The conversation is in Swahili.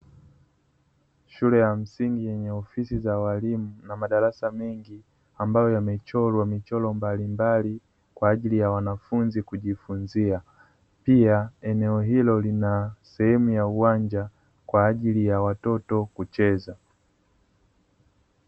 Shule ya msingi yenye ofisi za waalimu na madarasa mengi, ambayo yamechorwa michoro mbalimbali kwa ajili ya wanafunzi kujifunzia. Pia eneo hilo lina sehemu ya uwanja kwa ajili ya watoto kucheza.